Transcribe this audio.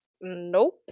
Nope